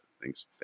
Thanks